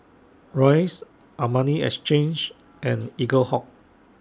Royce Armani Exchange and Eaglehawk